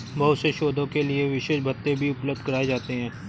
बहुत से शोधों के लिये विशेष भत्ते भी उपलब्ध कराये जाते हैं